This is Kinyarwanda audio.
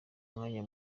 umwanya